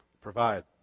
provide